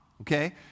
okay